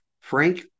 Frank